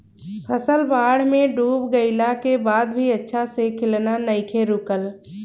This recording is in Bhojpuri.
फसल बाढ़ में डूब गइला के बाद भी अच्छा से खिलना नइखे रुकल